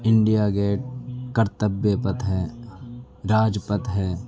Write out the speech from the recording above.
India gate Kartavya Path ہے راج پتھ ہے